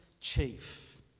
chief